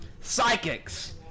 Psychics